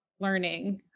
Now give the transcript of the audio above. learning